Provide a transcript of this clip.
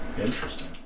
Interesting